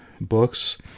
books